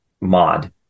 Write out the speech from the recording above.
mod